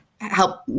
help